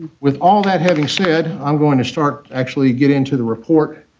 with all that having said, i'm going to start actually getting into the report.